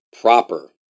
proper